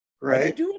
right